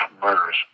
murders